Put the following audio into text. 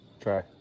Try